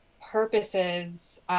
purposes